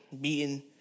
beaten